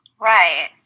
Right